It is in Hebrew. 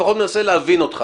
לפחות מנסה להבין אותך